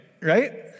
right